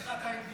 איך אתה עם גיוס?